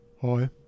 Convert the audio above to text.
hi